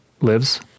lives